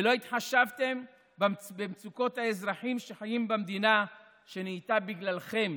ולא התחשבתם במצוקות האזרחים שחיים במדינה שנהייתה בגללכם